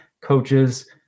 coaches